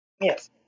Yes